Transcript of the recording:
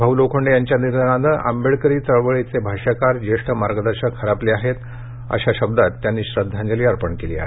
भाऊ लोखंडे यांच्या निधनानं आंबेडकरी चळवळीचे भाष्यकार ज्येष्ठ मार्गदर्शक हरपले आहेत आशा शब्दांत त्यांनी श्रद्धांजली अर्पण केली आहे